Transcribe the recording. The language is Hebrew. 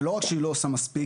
ולא רק שהיא לא עושה מספיק,